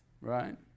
Right